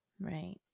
Right